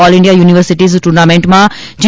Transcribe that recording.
all India universities ટુર્નામેન્ટમાં જી